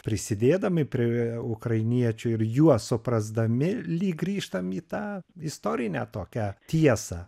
prisidėdami prie ukrainiečių ir juos suprasdami lyg grįžtam į tą istorinę tokią tiesą